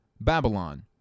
Babylon